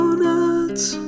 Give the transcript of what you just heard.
Donuts